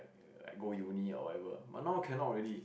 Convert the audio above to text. like go Uni whatever but now cannot already